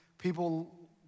People